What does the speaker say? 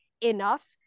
enough